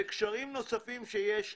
וגם קשרים נוספים שיש לי,